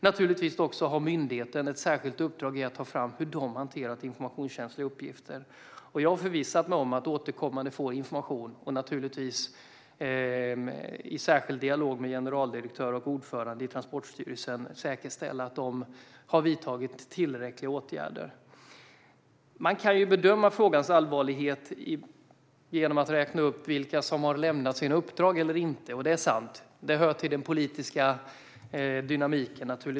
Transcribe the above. Myndigheten har naturligtvis ett särskilt uppdrag i att ta fram hur den har hanterat informationskänsliga uppgifter, och jag har förvissat mig om att jag återkommande ska få information. Jag ska naturligtvis i särskild dialog med generaldirektör och ordförande för Transportstyrelsen säkerställa att tillräckliga åtgärder har vidtagits. Man kan bedöma frågans allvarlighet genom att räkna upp vilka som har lämnat sina uppdrag eller inte - det är sant. Det hör till den politiska dynamiken.